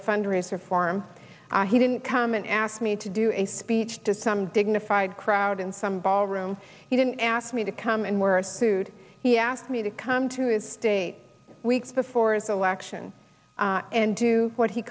a fundraiser for him he didn't come and ask me to do a speech to some dignified crowd in some ballroom he didn't ask me to come and worst food he asked me to come to his state weeks before his election and to what he